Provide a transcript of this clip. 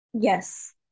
yes